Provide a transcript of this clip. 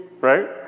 Right